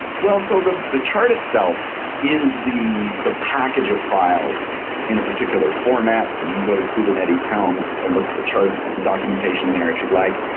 well, so the the chart itself is the the package of files in a particular format. you can go to kubernetes helm and look at the chart documentation there if you'd like.